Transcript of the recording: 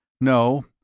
No